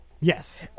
yes